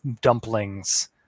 dumplings